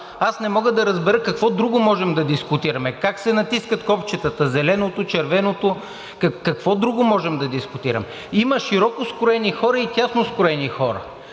Аз не мога да разбера какво друго можем да дискутираме? Как се натискат копчетата – зеленото, червеното? Какво друго можем да дискутираме? Има широкоскроени хора и тясноскроени хора.